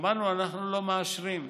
אמרנו: אנחנו לא מאשרים.